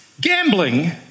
gambling